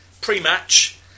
pre-match